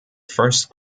first